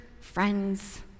friends